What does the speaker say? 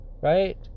right